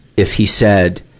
if he said,